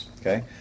Okay